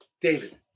David